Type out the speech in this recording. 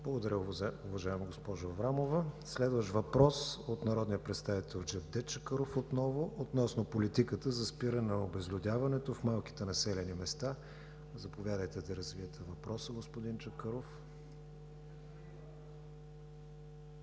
Благодаря, уважаема госпожо Аврамова. Следващ въпрос отново от народния представител Джевдет Чакъров относно политиката за спиране обезлюдяването в малките населени места. Заповядайте да развиете въпроса, господин Чакъров.